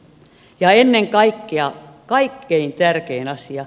ja ennen kaikkea kaikkein tärkein asia